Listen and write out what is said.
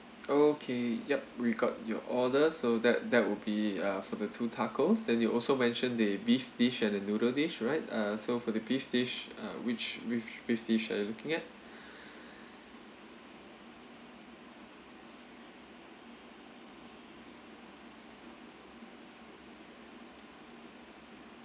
okay yup we got your order so that that will be uh for the two tacos then you also mention the beef dish and the noodle dish right uh so for the beef dish uh which whi~ which dish are you looking at